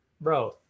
bro